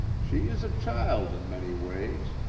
she is a child in many ways,